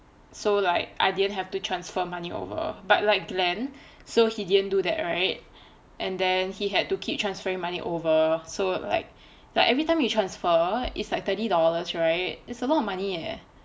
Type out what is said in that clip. so like I didn't have to transfer money over but like glen so he didn't do that right and then he had to keep transferring money over so like like every time you transfer it's like thirty dollars right it's a lot of money leh